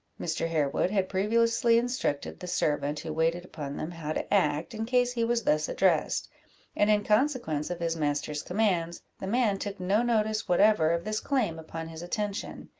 mr. harewood had previously instructed the servant who waited upon them how to act, in case he was thus addressed and in consequence of his master's commands, the man took no notice whatever of this claim upon his attention.